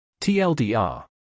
TLDR